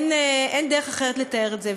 אין דרך אחרת לתאר את זה.